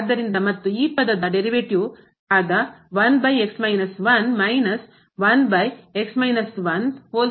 ಆದ್ದರಿಂದ ಮತ್ತು ಈ ಪದದ derivative ಉತ್ಪನ್ನ ಆದ ಮೈನಸ್